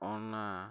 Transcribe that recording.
ᱚᱱᱟ